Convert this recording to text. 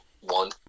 One